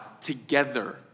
together